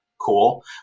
cool